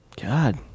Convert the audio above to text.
God